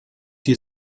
die